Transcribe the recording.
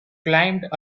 climbed